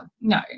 no